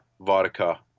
Vodka